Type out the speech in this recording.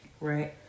right